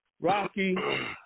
Rocky